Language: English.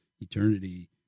eternity